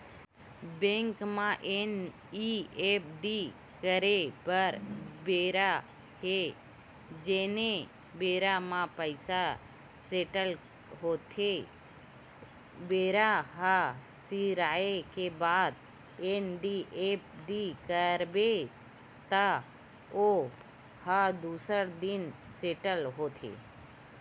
bank म NEFT करे बर बेरा हे जेने बेरा म पइसा सेटल होथे बेरा ह सिराए के बाद एन.ई.एफ.टी करबे त ओ ह दूसर दिन सेटल होथे